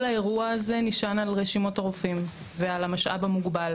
כל האירוע הזה נשען על רשימות הרופאים ועל המשאב המוגבל